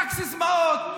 רק סיסמאות,